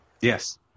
Yes